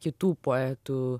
kitų poetų